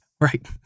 Right